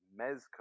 Mezco